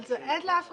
אבל זה חדר אחד